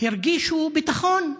הרגישו ביטחון,